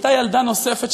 הייתה ילדה נוספת,